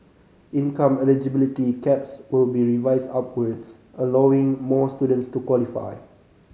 income eligibility caps will be revised upwards allowing more students to qualify